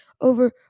over